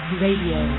radio